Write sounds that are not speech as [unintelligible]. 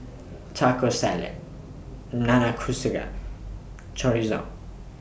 Taco Salad Nanakusa [unintelligible] Chorizo